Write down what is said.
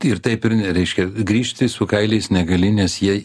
ir taip ir ne reiškia grįžti su kailiais negali nes jie